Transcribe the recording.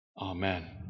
Amen